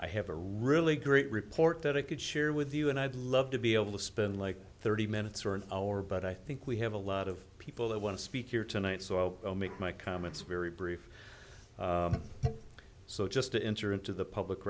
i have a really great report that i could share with you and i'd love to be able to spend like thirty minutes or an hour but i think we have a lot of people that want to speak here tonight so i'll make my comments very brief so just to enter into the public